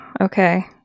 Okay